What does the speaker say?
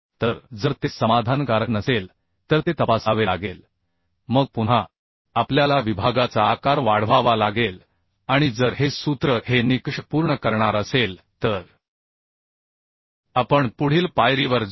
तर जर ते समाधानकारक नसेल तर ते तपासावे लागेल मग पुन्हा आपल्याला विभागाचा आकार वाढवावा लागेल आणि जर हे सूत्र हे निकष पूर्ण करणार असेल तर आपण पुढील पायरीवर जाऊ